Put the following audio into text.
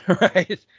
Right